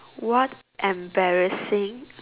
what embarrassing